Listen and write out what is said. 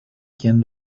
quien